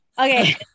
Okay